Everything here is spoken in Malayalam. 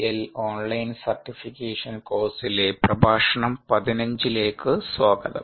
എൽ ഓൺലൈൻ സർട്ടിഫിക്കേഷൻ കോഴ്സിലെ പ്രഭാഷണം 15 ലേക്ക് സ്വാഗതം